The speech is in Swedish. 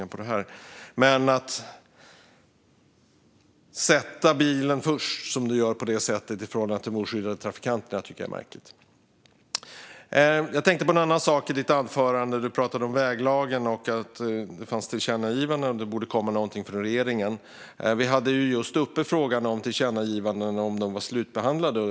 Att, som Patrik Jönsson gör, sätta bilen först i förhållande till de oskyddade trafikanterna tycker jag dock är märkligt. Jag tänkte på en annan sak i ditt anförande, Patrik Jönsson. Du pratade om väglagen, om att det finns tillkännagivanden och om att det borde komma någonting från regeringen. Frågan om tillkännagivanden, och om de var slutbehandlade, var ju precis uppe.